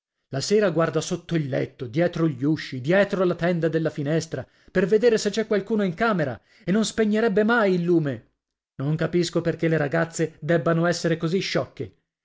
la sera guarda sotto il letto dietro gli usci dietro la tenda della finestra per vedere se c'è qualcuno in camera e non spengerebbe mai il lume non capisco perché le ragazze debbano essere così sciocche